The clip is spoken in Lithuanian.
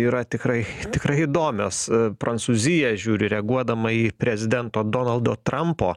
yra tikrai tikrai įdomios prancūzija žiūri reaguodama į prezidento donaldo trampo